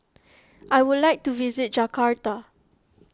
I would like to visit Jakarta